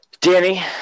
Danny